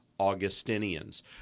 Augustinians